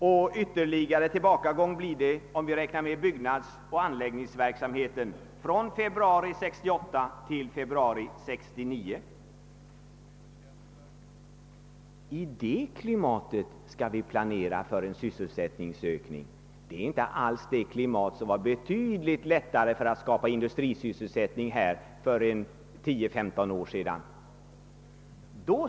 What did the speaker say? En ytterligare tillbakagång noterar vi, om vi räknar med utvecklingen inom byggnadsoch anläggningsverksamheten mellan februari 1968. och februari 1969. I det klimatet skall vi planera för en sysselsättningsökning. Klimatet var betydligt lättare för tio, femton år sedan.